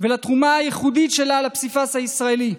ולתרומה הייחודית שלה לפסיפס הישראלי,